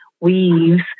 weaves